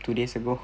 two days ago